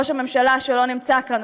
ראש הממשלה שלא נמצא כאן,